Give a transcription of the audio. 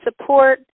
support